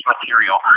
material